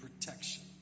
protection